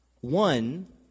One